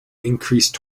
increased